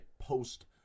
post